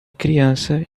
criança